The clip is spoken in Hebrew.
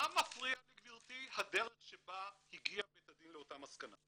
מה מפריע לגבירתי הדרך שבה הגיע בית הדין לאותה מסקנה?